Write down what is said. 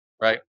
right